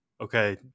okay